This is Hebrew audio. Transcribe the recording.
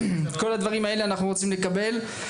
כל הדברים האלה אנחנו רוצים לקבל.